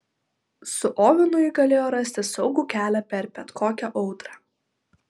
su ovenu ji galėjo rasti saugų kelią per bet kokią audrą